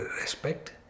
respect